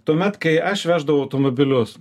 tuomet kai aš veždavau automobilius